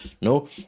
No